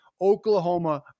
Oklahoma